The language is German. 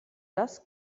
das